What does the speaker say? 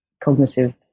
cognitive